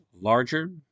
larger